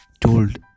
told